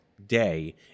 day